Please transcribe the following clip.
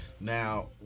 now